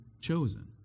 chosen